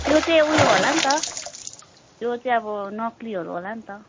त्यो चाहिँ ऊ यो होला नि त त्यो चाहिँ अब नक्कलीहरू होला नि त